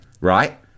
right